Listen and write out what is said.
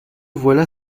voilà